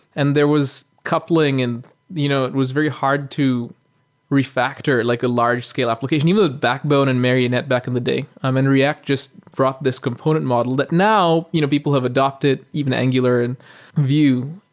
and there was coupling and you know it was very hard to refactor like a large scale application. even the backbone in marionette back in the day, um and react just brought this component model that now you know people have adapted, even angular and vue.